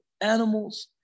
animals